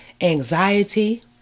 anxiety